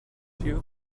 you